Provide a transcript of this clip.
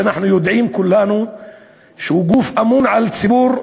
שאנחנו יודעים כולנו שהיא גוף האמון על הציבור,